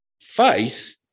Faith